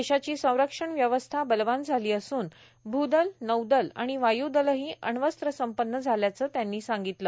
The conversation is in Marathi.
देशाची संरक्षण व्यवस्था बलवान झाली असून भूदल नौदल आणि वायूदलही अण्वस्त्रसंपन्न झाल्याचं त्यांनी सांगितलं